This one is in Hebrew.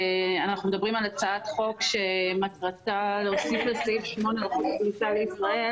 מדברים על הצעת חוק שמטרתה להוסיף לסעיף 8 לחוק הכניסה לישראל